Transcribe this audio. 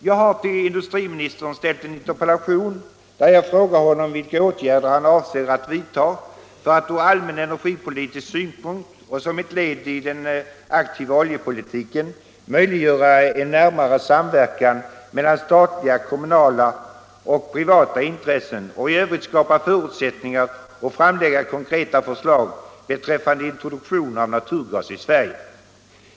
Jag har till industriministern ställt en interpellation där jag frågar honom vilka åtgärder han avser att vidta för att ur allmän energipolitisk synpunkt och som ett led i den aktiva oljepolitiken möjliggöra en närmare samverkan mellan statliga, kommunala och privata intressen och i övrigt skapa förutsättningar och framlägga konkreta förslag beträffande introduktion av naturgas i Sverige.